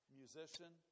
musician